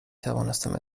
توانستم